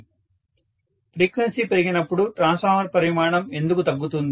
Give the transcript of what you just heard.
professor frequency పెరిగినప్పుడు transformer పరిమాణం ఎందుకు తగ్గుతుంది